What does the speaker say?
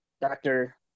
doctor